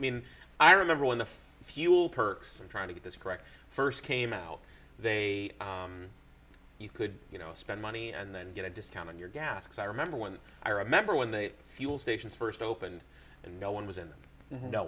i mean i remember when the fuel perks and trying to get this correct first came out they you could you know spend money and then get a discount on your gas because i remember when i remember when the fuel stations first opened and no one was in